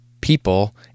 people